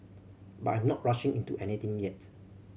but I'm not rushing into anything yet